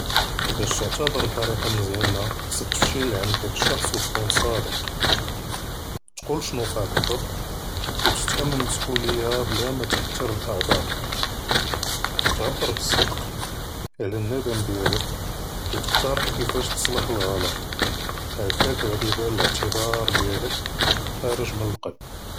באש תעתאד'ר בטאריקה מזיאנה, חצכ תמשי לענד דאכּ אלשח'ץ ותכון צאדק, תכול שנוקע בּלדבּט, ותתחמל אלמסאוליה בּלא מתכּתּר אלאע'ד'אר, תעבּר בצדק, ענדאם דיאלק, ותכתרח כּיף תצלח אלע'לט, האכּאכּ עאדי יבן אלאעתד'אר דיאלק חארג' מאלקלבּ.